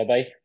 Bye